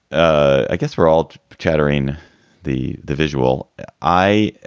i guess we're all chattering the the visual eye.